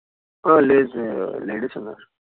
లేదు sir ladies ఉన్నారు sir